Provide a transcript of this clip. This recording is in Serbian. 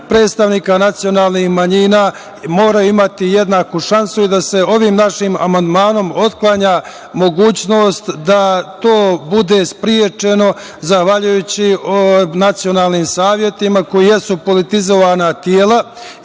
predstavnika nacionalnih manjina moraju imati jednaku šansu i da se ovim našim amandmanom otklanja mogućnost da to bude sprečeno zahvaljujući nacionalnim savetima koji jesu politizovana tela